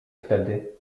wtedy